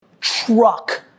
truck